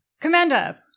Commander